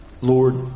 Lord